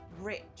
rich